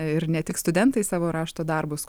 ir ne tik studentai savo rašto darbus